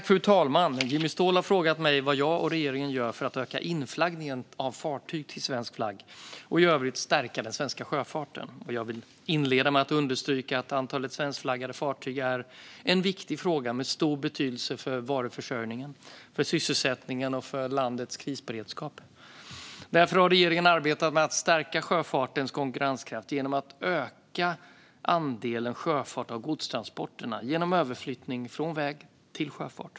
Fru talman! Jimmy Ståhl har frågat mig vad jag och regeringen gör för att öka inflaggningen av fartyg till svensk flagg och i övrigt stärka den svenska sjöfarten. Jag vill inleda med att understryka att antalet svenskflaggade fartyg är en viktig fråga med stor betydelse för varuförsörjningen, sysselsättningen och landets krisberedskap. Därför har regeringen arbetat med att stärka sjöfartens konkurrenskraft genom att öka andelen sjöfart av godstransporter genom överflyttning från väg till sjöfart.